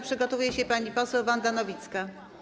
Przygotowuje się pani poseł Wanda Nowicka.